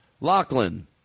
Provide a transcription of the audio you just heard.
Lachlan